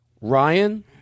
Ryan